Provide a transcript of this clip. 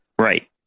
Right